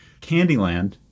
Candyland